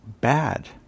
bad